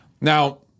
Now